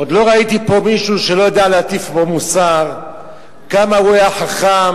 עוד לא ראיתי פה מישהו שלא יודע להטיף מוסר כמה הוא היה חכם,